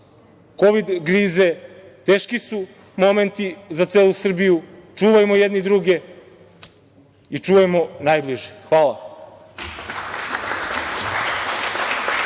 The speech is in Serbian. kovid grize, teški su momenti za celu Srbiju, čuvajmo jedni druge i čuvajmo najbliže. Hvala.